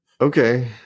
Okay